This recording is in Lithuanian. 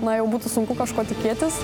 na jau būtų sunku kažko tikėtis